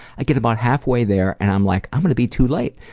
i get about halfway there and i'm like, i'm gonna be too late.